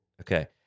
Okay